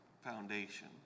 foundation